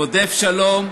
רודף שלום,